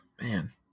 Man